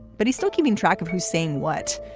but he's still keeping track of who's saying what,